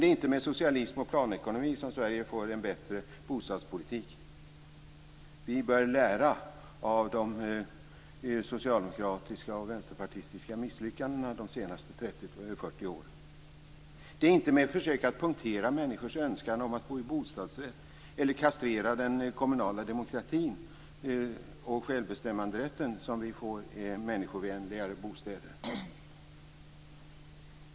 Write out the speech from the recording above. Det är inte med socialism och planekonomi som Sverige får en bättre bostadspolitik. Vi bör lära av de socialdemokratiska och vänsterpartistiska misslyckandena de senaste 30-40 åren. Det är inte med försök att punktera människors önskan om att bo i bostadsrätt eller kastrera den kommunala demokratin och självbestämmanderätten som vi får människovänligare bostäder.